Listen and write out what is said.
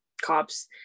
cops